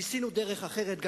ניסינו גם דרך אחרת,